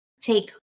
take